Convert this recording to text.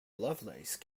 lovelace